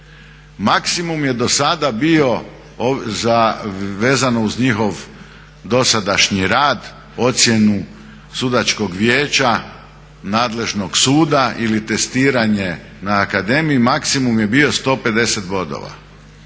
Maksimum je do sada bio vezano uz njihov dosadašnji rad, ocjenu sudačkog vijeća nadležnog suda ili testiranje na akademiji, maksimum je bio 150 bodova.